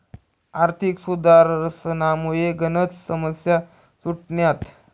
आर्थिक सुधारसनामुये गनच समस्या सुटण्यात